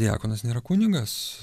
diakonas nėra kunigas